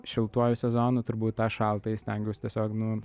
šiltuoju sezonu turbūt tą šaltąjį stengiaus tiesiog nu